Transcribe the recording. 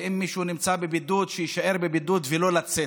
אם מישהו נמצא בבידוד שיישאר בבידוד ולא יצא.